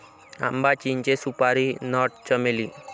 आंबा, चिंचे, सुपारी नट, चमेली